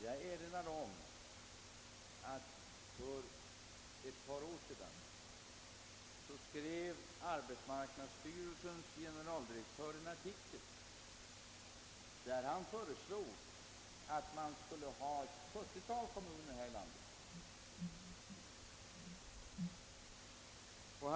Jag erinrar om att generaldirektören i ar betsmarknadsstyrelsen för ett par år sedan skrev en artikel, i vilken han föreslog att vi skulle ha blott ett 70-tal kommuner här i landet.